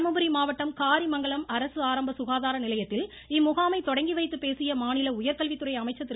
தருமபுரி மாவட்டம் காரிமங்கலம் அரசு ஆரம்ப சுகாதார நிலையத்தில் இம்முகாமை தொடங்கிவைத்துப் பேசிய மாநில உயர்கல்வித்துறை அமைச்சர் திரு